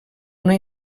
una